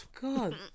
God